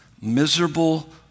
Miserable